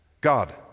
God